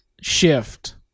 shift